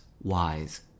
wise